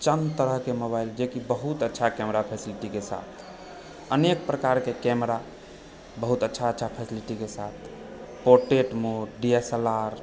चन्द तरहके मोबाइल जेनाकि बहुत अच्छा कैमरा फेसिलिटीके साथ अनेक प्रकारके कैमरा बहुत अच्छा अच्छा फेसिलिटीके साथ portrait mode D S L आर